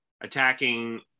attacking